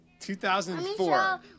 2004